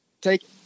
take